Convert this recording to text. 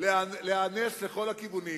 להיאנס לכל הכיוונים,